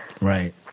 Right